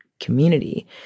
community